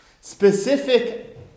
Specific